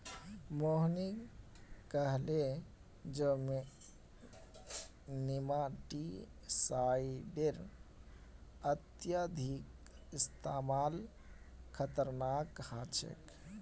मोहिनी कहले जे नेमाटीसाइडेर अत्यधिक इस्तमाल खतरनाक ह छेक